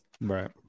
Right